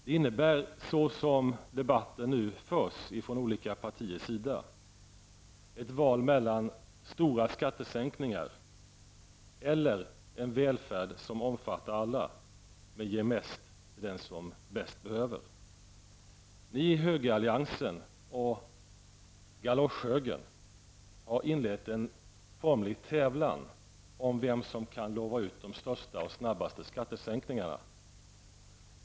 Det innebär, såsom debatten nu förs från olika partiers sida, ett val mellan stora skattesänkningar eller en välfärd som omfattar alla, men som ger mest till den som bäst behöver det. Ni i högeralliansen och galosch-högern har inlett en formlig tävlan om vem som kan utlova de största och snabbaste skattesäkningarna.